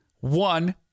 one